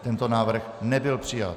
Tento návrh nebyl přijat.